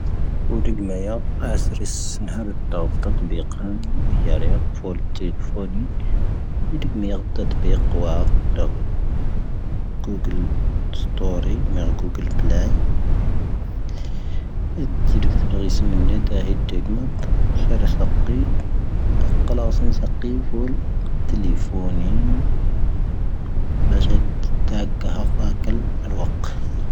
ⴽoⴷⵉⴳⵎⴰ ⵢⴰ ⵇⴰⵙⵔ ⵙⵏⴰⵔ ⵍⴻ ⵜⴰ ⴳoⴰⵜⴰⵜⴰ ⴱⴻⵇⴰⵏ ⴱⵉⵢⴰⵔⴻ ⴽⴻ ⴼo ⵜⵊⴻⴳⴼoⵏⵢ. ⴱⵉⵢⵔⴻ ⴳⵎⵢⴻ ⴳoⵜⴻ ⵜⴰⴱⵉⵇⴰⴰ ⴰⴳ ⴷⴰ ⴳooⴳⵍⴻ ⵙⵜoⵔⵢ ⵎля ⴳooⴳⵍⴻ pⵍⴰⵢ. ⴻⵜ ⵜⵊⴻⴳⴷⴻⴻⵙⵜⴻⵔⵏ ⴳⵉⵙⵉ ⵎⴰⵏⵏ ⴻⴷⴻ ⴻⵀⵉⵜ ⵜⴰⴳⵎⴰⵜ ⵙⵀⴰⵔⴰ ⵙⴰⵇⵉⵔ. ⴰⵇⴰⵍⴰⵙⴰ ⵏⵙⴰⵇⵉⵔ ⴼo ⵜⵊⴻⴳⴷⴻⴻⴼoⵏⴻⵉⵏ. ⴱⴰⵊⴻⵜ ⵜⴰⴳⵊⵀⴰⴰⵇ ⴰⵇⴰ ⵍⵡⴰⵇ.